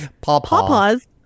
pawpaws